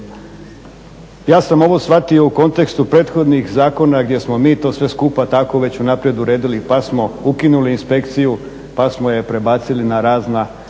Ja sam ovo shvatio u kontekstu prethodnih zakona gdje smo mi to sve skupa tako već unaprijed uredili pa smo ukinuli inspekciju, pa smo je prebacili na razna